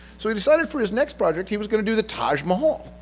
so, he decided for his next project he was going to do the taj mahal,